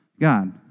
God